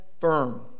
firm